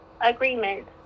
agreement